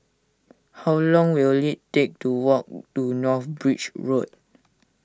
how long will it take to walk to North Bridge Road